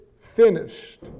finished